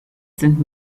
sind